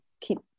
keep